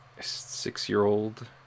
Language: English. six-year-old